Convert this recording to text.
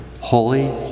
holy